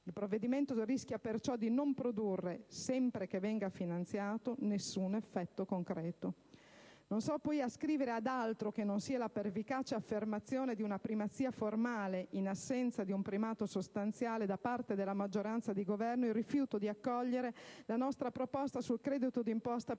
Il provvedimento rischia di non produrre - sempre che venga finanziato - alcun effetto concreto. Non so poi ascrivere ad altro che non sia la pervicace affermazione di una primazia formale - in assenza di un primato sostanziale - da parte della maggioranza di governo, il rifiuto di accogliere la nostra proposta sul credito d'imposta per